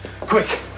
Quick